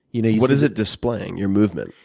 you know what is it displaying, your movement?